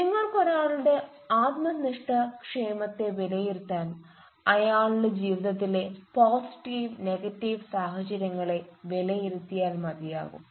നിങ്ങൾക്ക് ഒരാളുടെ ആത്മനിഷ്ഠ ക്ഷേമത്തെ വിലയിരുത്താൻ അയാളുടെ ജീവിതത്തിലെ പോസിറ്റീവ് നെഗറ്റീവ് സാഹചര്യങ്ങളെ വിലയിരുത്തിയാൽ മതിയാകും